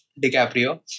DiCaprio